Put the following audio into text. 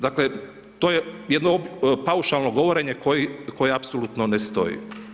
Dakle, to je jedno paušalno govorenje koje apsolutno ne stoji.